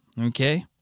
okay